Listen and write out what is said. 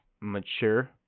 mature –